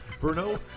Bruno